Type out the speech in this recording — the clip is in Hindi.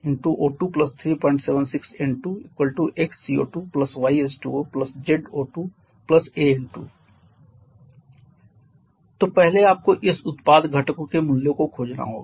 C8H18 2O O2 376 N2 🡪 x CO2 y H2O z O2 a N2 तो पहले आपको इस उत्पाद घटकों के मूल्यों को खोजना होगा